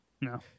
No